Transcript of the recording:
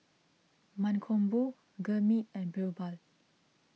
Mankombu Gurmeet and Birbal